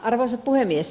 arvoisa puhemies